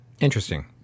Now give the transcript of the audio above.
Interesting